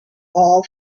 all